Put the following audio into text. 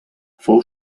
fou